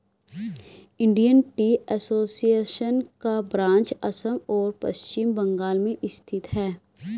Indian tea association का branch Assam और पश्चिम बंगाल में स्थित है